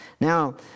Now